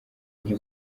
nti